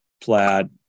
plaid